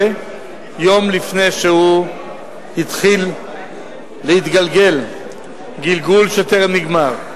יום לפני שהוא התחיל להתגלגל גלגול שטרם נגמר.